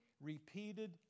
repeated